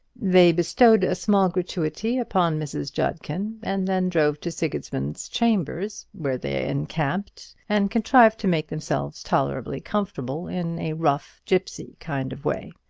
they bestowed a small gratuity upon mrs. judkin, and then drove to sigismund's chambers, where they encamped, and contrived to make themselves tolerably comfortable, in a rough gipsy kind of way.